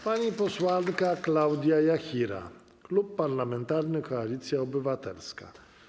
Pani posłanka Klaudia Jachira, Klub Parlamentarny Koalicja Obywatelska.